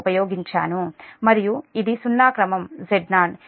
మరియు ఇది సున్నా క్రమం Z0